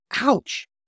Ouch